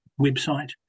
website